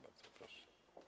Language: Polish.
Bardzo proszę.